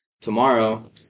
tomorrow